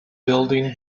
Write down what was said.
building